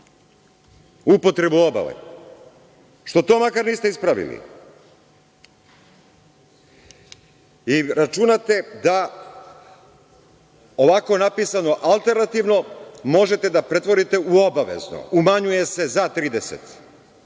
upotrebu obale. Što to makar niste ispravili? Računate da ovako napisano alternativno možete da pretvorite u obavezno, umanjuje se za 30.